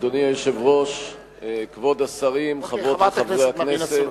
אדוני היושב-ראש, כבוד השרים, חברות וחברי הכנסת,